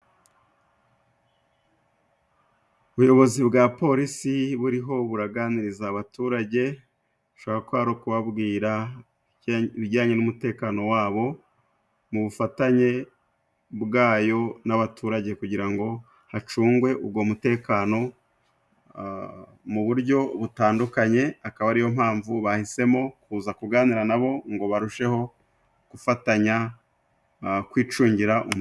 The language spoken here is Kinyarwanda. Ubuyobozi bwa porisi buriho buraganiriza abaturage，bushobora kuba ari ukubabwira ibijyanye n'umutekano wabo， mu bufatanye bwayo n'abaturage，kugira ngo hacungwe ugo mutekano mu buryo butandukanye， akaba ariyo mpamvu bahisemo kuza kuganira nabo ngo barusheho gufatanya kwicungira umutekano.